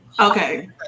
Okay